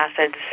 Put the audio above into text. acids